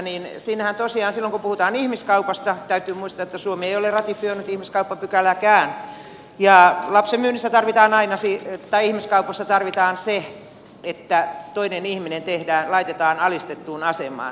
siinähän tosiaan silloin kun puhutaan ihmiskaupasta täytyy muistaa että suomi ei ole ratifioinut ihmiskauppapykälääkään ihmiskaupassa tarvitaan se että toinen ihminen laitetaan alistettuun asemaan